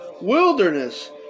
wilderness